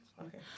Okay